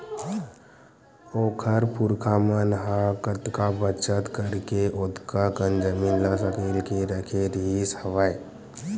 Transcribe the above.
ओखर पुरखा मन ह कतका बचत करके ओतका कन जमीन ल सकेल के रखे रिहिस हवय